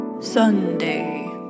Sunday